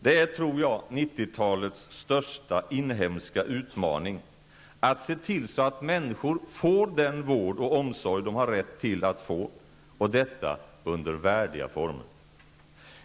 Det är, tror jag, 90 talets största inhemska utmaning att se till att människor får den vård och omsorg de har rätt till att få och detta under värdiga former.